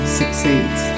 succeeds